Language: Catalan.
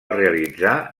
realitzar